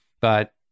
but-